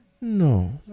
No